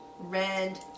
red